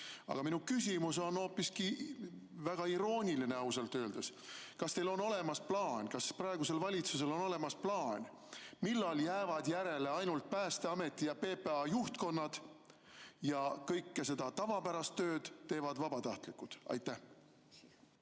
Aga minu küsimus on hoopiski väga irooniline, ausalt öeldes. Kas teil on olemas plaan, kas praegusel valitsusel on olemas plaan, millal jäävad järele ainult Päästeameti ja PPA juhtkond ning kogu tavapärast tööd teevad vabatahtlikud? Aitäh